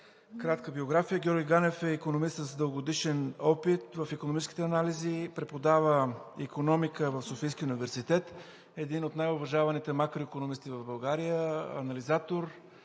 Кратка биография – Георги Ганев е икономист с дългогодишен опит в икономическите анализи и преподава икономика в Софийския университет. Един от най-уважаваните макроикономисти в България, анализатор.